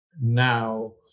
now